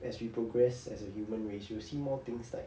as we progress as a human race you will see more things like